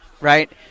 right